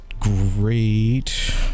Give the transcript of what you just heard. Great